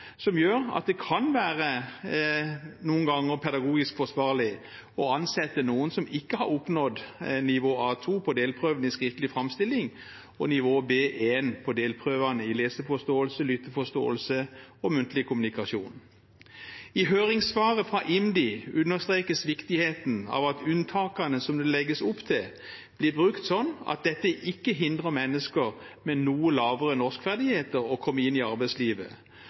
som gjør at det noen ganger kan være pedagogisk forsvarlig å ansette noen som ikke har oppnådd nivå A2 på delprøven i skriftlig framstilling og nivå B1 på delprøvene i leseforståelse, lytteforståelse og muntlig kommunikasjon. I høringssvaret fra IMDi understrekes viktigheten av at unntakene som det legges opp til, blir brukt slik at dette ikke hindrer mennesker med noe lavere norskferdigheter i å komme inn i arbeidslivet,